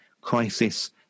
crisis